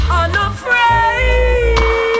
unafraid